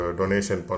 donation